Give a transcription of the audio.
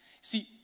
See